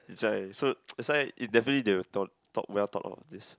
that's why so that's why if definitely they will talk well talk about this